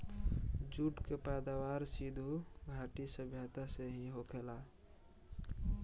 jute के पैदावार सिधु घाटी सभ्यता से ही होखेला